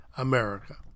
America